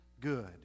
good